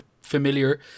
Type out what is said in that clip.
familiar